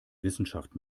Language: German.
wissenschaft